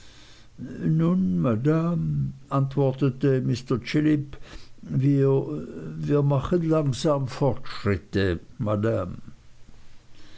madame antwortete mr chillip wir wir machen langsam fortschritte